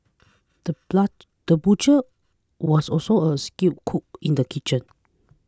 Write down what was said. the butcher was also a skilled cook in the kitchen